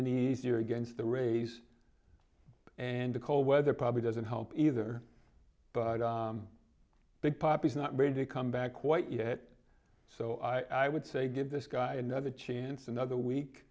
any easier against the race and the cold weather probably doesn't help either but big papi is not going to come back quite yet so i would say give this guy another chance another week